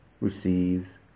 receives